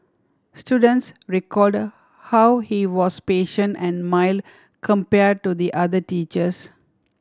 students recalled how he was patient and mild compare to the other teachers